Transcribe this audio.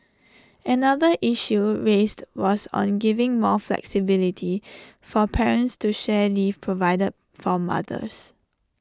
another issue raised was on giving more flexibility for parents to share leave provided for mothers